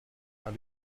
how